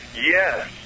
Yes